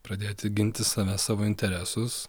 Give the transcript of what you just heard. pradėti ginti save savo interesus